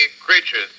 creatures